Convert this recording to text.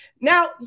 now